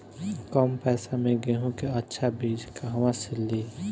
कम पैसा में गेहूं के अच्छा बिज कहवा से ली?